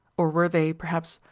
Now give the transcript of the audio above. or were they, perhaps,